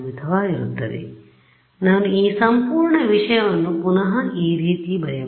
ಆದ್ದರಿಂದ ನಾನು ಈ ಸಂಪೂರ್ಣ ವಿಷಯವನ್ನು ಪುನಃಈ ರೀತಿ ಬರೆಯಬಹುದು